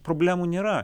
problemų nėra